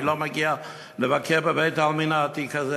מי לא מגיע לבקר בבית-העלמין העתיק הזה?